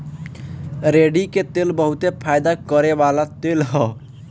रेड़ी के तेल बहुते फयदा करेवाला तेल ह